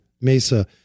Mesa